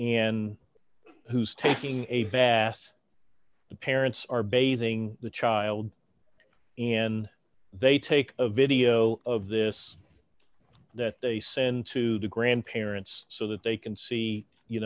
and who's taking a bath the parents are bathing the child and they take a video of this that they send to the grandparents so that they can see you